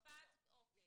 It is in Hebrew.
משפט, אוקיי.